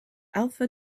alpha